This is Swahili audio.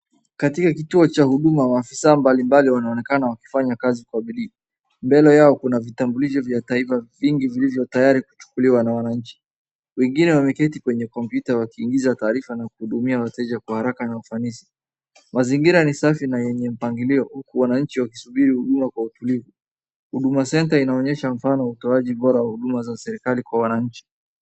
Katika kituo cha huduma waafisa mbalimbali wanaonekana wakifanya kazi kwa bidii. Mbele yao kuna vitambulisho vya taifa vingi vilivyo tayari kuchukuliwa na wanaanchi. Wengine wameketi kwenye kompyuta wakiingiza taarifa na kuhudumia wateja kwa haraka na ufanisi. Mazingira ni safi na yenye mpangilio, huku wanaanchi wakisubiri huduma kwa utulivu. Huduma Centre inaonyesha mfano wa utoaji bora wa huduma za serikali kwa wanaachi.